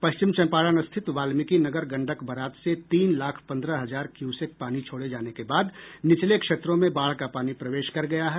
पश्चिम चम्पारण रिथित वाल्मिकी नगर गंडक बराज से तीन लाख पन्द्रह हजार क्यूसेक पानी छोड़े जाने के बाद निचले क्षेत्रों में बाढ़ का पानी प्रवेश कर गया है